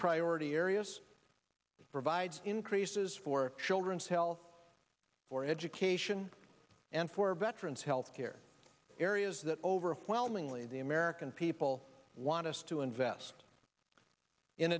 priority areas provides increases for children's health for education and for veterans health care areas that overwhelmingly the american people want us to invest in